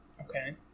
Okay